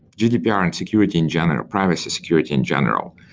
gdpr and security in general, privacy security in general.